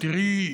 תראי,